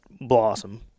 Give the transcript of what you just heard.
blossom